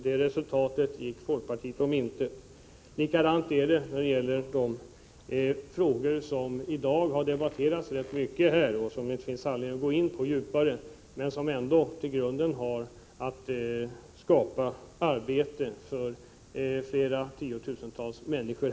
Detsamma är förhållandet när det gäller de frågor som i dag debatterats rätt mycket, men som det inte finns anledning att gå in på djupare. Det gäller här att skapa arbete för tiotusentals människor.